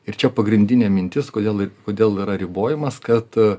ir čia pagrindinė mintis kodėl kodėl yra ribojamas kad